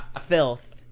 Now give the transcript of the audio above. Filth